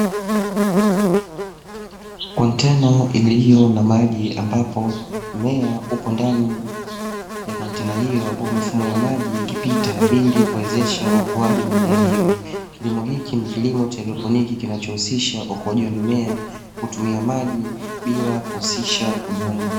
Kontena iliyo na maji ambapo, mmea upo ndani ya kontena hiyo, ambayo mifumo ya maji ikipita ili kuwezesha ukuaji wa mimea hiyo, kilimo hiki ni kilimo cha haidroponi kinachohusisha ukuaji wa mimea kwa kutumia maji bila kuhusisha udongo.